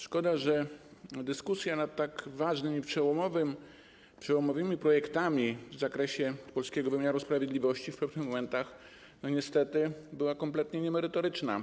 Szkoda, że dyskusja nad tak ważnymi i przełomowymi projektami w zakresie polskiego wymiaru sprawiedliwości w pewnych momentach niestety była kompletnie niemerytoryczna.